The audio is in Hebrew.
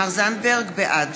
בעד